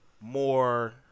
more